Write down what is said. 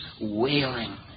wailing